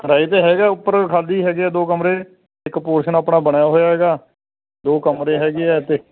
ਕਿਰਾਏ 'ਤੇ ਹੈਗਾ ਉੱਪਰ ਖਾਲੀ ਹੈਗੇ ਆ ਦੋ ਕਮਰੇ ਇੱਕ ਪੋਰਸ਼ਨ ਆਪਣਾ ਬਣਿਆ ਹੋਇਆ ਹੈਗਾ ਦੋ ਕਮਰੇ ਹੈਗੇ ਆ ਅਤੇ